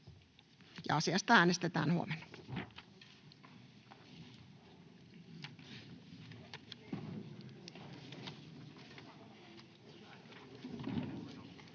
Asiasta äänestetään huomenna.